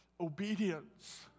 obedience